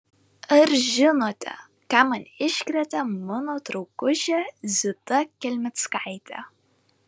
ar žinote ką man iškrėtė mano draugužė zita kelmickaitė